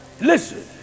Listen